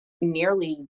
nearly